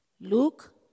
Luke